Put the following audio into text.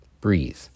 Breathe